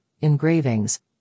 engravings